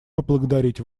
поблагодарить